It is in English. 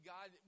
God